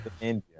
India